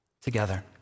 Together